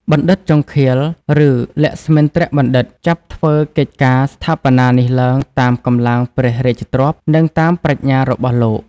បណ្ឌិតជង្ឃាល ឬលក្ស្មិន្ទ្របណ្ឌិត ចាប់ធ្វើកិច្ចការស្ថាបនានេះឡើងតាមកម្លាំងព្រះរាជទ្រព្យ និងតាមប្រាជ្ញារបស់លោក